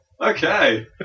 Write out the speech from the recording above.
Okay